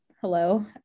Hello